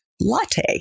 latte